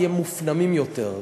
כי הם מופנמים יותר.